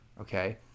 okay